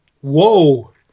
Whoa